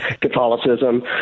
Catholicism